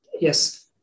Yes